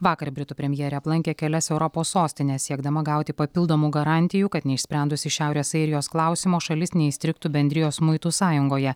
vakar britų premjerė aplankė kelias europos sostines siekdama gauti papildomų garantijų kad neišsprendusi šiaurės airijos klausimo šalis neįstrigtų bendrijos muitų sąjungoje